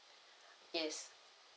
yes